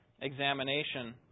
examination